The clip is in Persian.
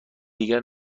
دیگر